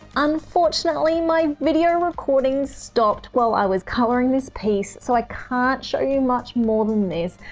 unfortunately, my video recording stopped while i was coloring this piece, so i can't show you much more than this,